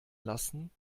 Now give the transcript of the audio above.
lassen